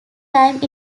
time